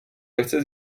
lehce